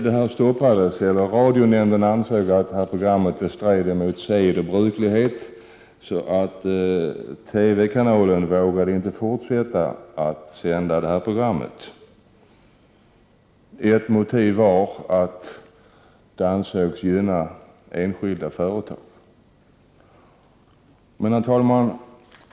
Detta stoppades när radionämnden ansåg att programmet stred emot sed och bruklighet. Då vågade TV-kanalen inte fortsätta att sända detta program. Ett motiv var att det ansågs gynna enskilda företag. Herr talman!